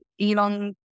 Elon